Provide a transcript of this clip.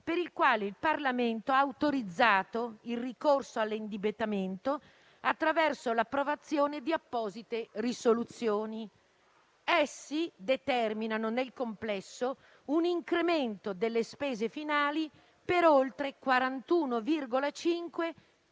per i quali il Parlamento ha autorizzato il ricorso all'indebitamento attraverso l'approvazione di apposite risoluzioni. Essi determinano nel complesso un incremento delle spese finali per oltre 41,5